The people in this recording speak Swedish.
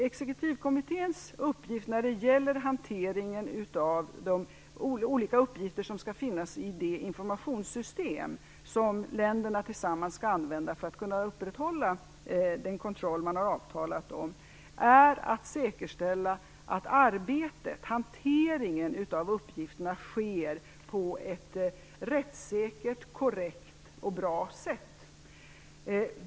Exekutivkommitténs uppgift när det gäller hanteringen av de olika åligganden som skall ingå i det informationssystem som länderna tillsammans skall använda för att kunna upprätthålla den kontroll som man har avtalat om är att säkerställa att behandlingen av uppgifterna sker på ett rättssäkert, korrekt och bra sätt.